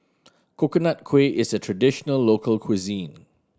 Coconut Kuih is a traditional local cuisine